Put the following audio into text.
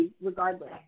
regardless